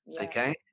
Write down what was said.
Okay